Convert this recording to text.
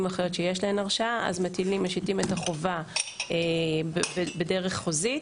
אחיות שיש להן הרשאה הם משיתים את החובה בדרך חוזית.